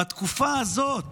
בתקופה הזאת,